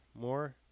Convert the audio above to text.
More